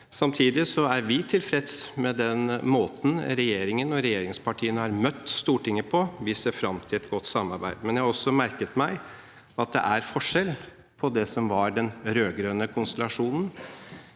Samtidig er vi tilfreds med den måten regjeringen og regjeringspartiene har møtt Stortinget på. Vi ser fram til et godt samarbeid. Men jeg har også merket meg at det er forskjell på det som var den rød-grønne konstellasjonen.